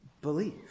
believe